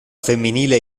femminile